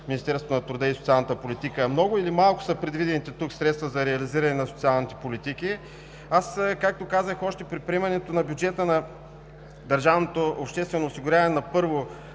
Министерство на труда и социалната политика, много или малко са предвидените тук средства за реализиране на социалните политики. Както казах още при приемането на бюджета на държавното обществено осигуряване на първо